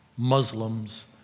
Muslims